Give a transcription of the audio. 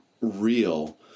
real